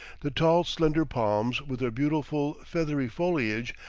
the tall, slender palms with their beautiful feathery foliage,